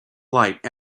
light